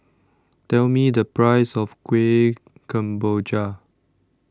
Tell Me The Price of Kueh Kemboja